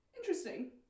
Interesting